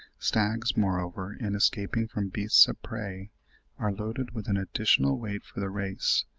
stags, moreover, in escaping from beasts of prey are loaded with an additional weight for the race,